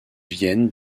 vienne